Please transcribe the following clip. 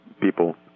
people